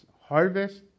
harvest